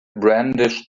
brandished